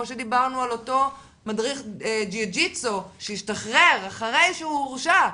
שדיברנו על אותו מדריך ג'יו ג'יטסו שאחרי שהוא הורשע,